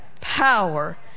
power